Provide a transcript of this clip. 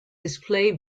display